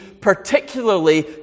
particularly